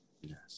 yes